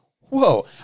whoa